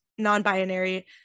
non-binary